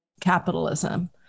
capitalism